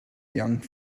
young